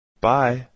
Bye